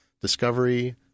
discovery